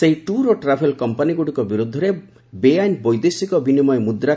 ସେହି ଟୁର୍ ଓ ଟ୍ରାଭେଲ୍ କମ୍ପାନୀଗୁଡ଼ିକ ବିରୂଦ୍ଧରେ ବେଆଇନ୍ ବୈଦେଶିକ ବିନିମୟ ମ୍ରଦ୍